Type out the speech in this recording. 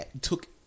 took